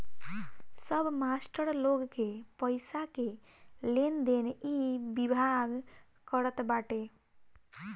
सब मास्टर लोग के पईसा के लेनदेन इ विभाग करत बाटे